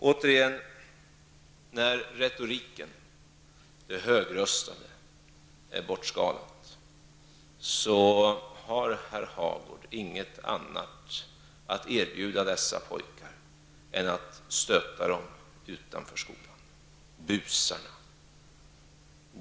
Återigen har herr Hagård, när retoriken och det högröstade är bortskalade, inget annat att erbjuda dessa pojkar än att stötta dem, busarna, utanför skolan.